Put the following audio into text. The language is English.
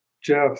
Jeff